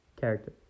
character